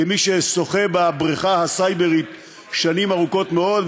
כמי ששוחה בבריכה הסייברית שנים ארוכות מאוד,